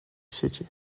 city